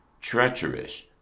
treacherous